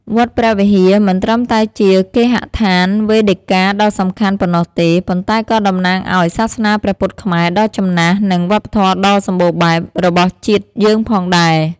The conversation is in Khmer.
វត្តព្រះវិហារ មិនត្រឹមតែជា គេហដ្ឋានវេដិកាដ៏សំខាន់ ប៉ុណ្ណោះទេ ប៉ុន្តែក៏តំណាងឲ្យ សាសនាព្រះពុទ្ធខ្មែរ ដ៏ចំណាស់ និង វប្បធម៌ដ៏សម្បូរបែប របស់ជាតិយើងផងដែរ។